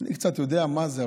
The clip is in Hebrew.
אני קצת יודע מה זה,